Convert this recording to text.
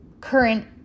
current